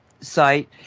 site